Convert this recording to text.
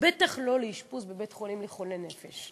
בטח לא לאשפוז בבית-חולים לחולי נפש.